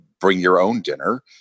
bring-your-own-dinner